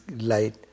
light